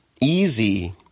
easy